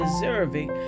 deserving